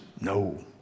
no